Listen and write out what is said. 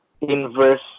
inverse